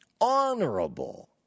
honorable